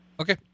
Okay